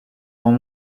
rang